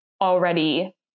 already